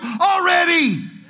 already